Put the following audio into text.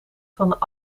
van